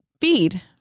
feed